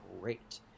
great